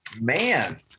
man